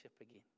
again